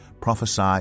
Prophesy